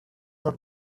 not